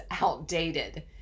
outdated